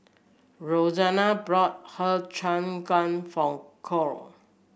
Roseann brought Har Cheong Gai form Kole